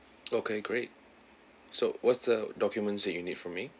okay great so what's the documents that you from me